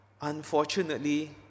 Unfortunately